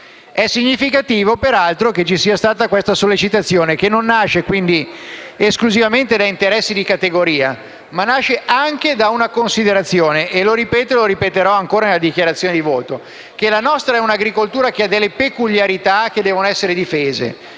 È significativo peraltro che ci sia stata questa sollecitazione, che nasce quindi non esclusivamente da interessi di categoria, ma anche da una considerazione che ripeto e ripeterò ancora in dichiarazione di voto: la nostra è un'agricoltura che ha delle peculiarità, che devono essere difese.